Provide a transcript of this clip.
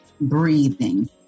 breathing